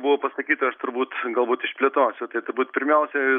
buvo pasakyta aš turbūt galbūt išplėtosiu tai turbūt pirmiausia